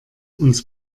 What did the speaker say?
uns